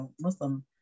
Muslim